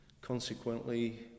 consequently